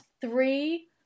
three